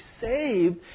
saved